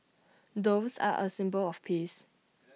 doves are A symbol of peace